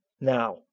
Now